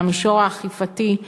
במישור האכיפתי,